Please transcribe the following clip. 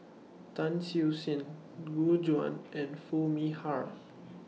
Tan Siew Sin Gu Juan and Foo Mee Har